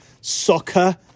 Soccer